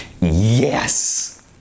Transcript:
Yes